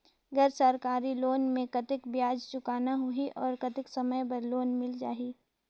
गैर सरकारी लोन मे कतेक ब्याज चुकाना होही और कतेक समय बर लोन मिल जाहि?